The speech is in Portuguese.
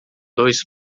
dois